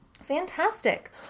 fantastic